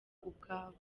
ubwabo